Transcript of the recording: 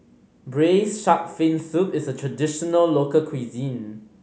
braise shark fin soup is a traditional local cuisine